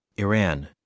Iran